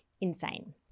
insane